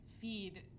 feed